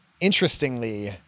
interestingly